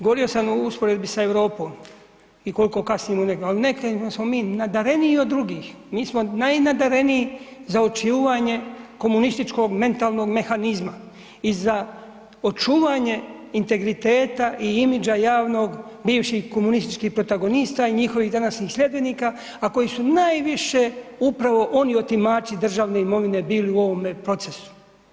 Govorio sam u usporedbi sa Europom, i koliko kasnimo negdje, ali u nekima smo mi nadareniji od drugih, mi smo najnadareniji za očuvanje komunističkog mentalnog mehanizma i za očuvanje integriteta i imidža javnog bivših komunističkih protagonista i njihovih današnjih sljedbenika a koji su najviše upravo oni otimači državne imovine bili u ovome procesu.